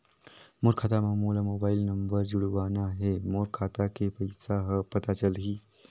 मोर खाता मां मोला मोबाइल नंबर जोड़वाना हे मोर खाता के पइसा ह पता चलाही?